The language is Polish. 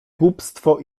głupstwo